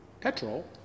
petrol